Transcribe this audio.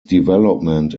development